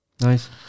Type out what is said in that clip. Nice